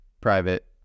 private